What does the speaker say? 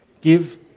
give